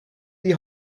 die